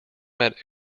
met